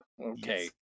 Okay